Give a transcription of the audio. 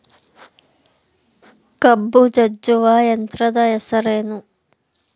ಕಬ್ಬು ಜಜ್ಜುವ ಯಂತ್ರದ ಹೆಸರೇನು?